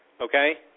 okay